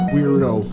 Weirdo